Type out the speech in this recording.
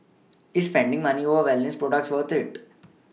is spending money on wellness products worth it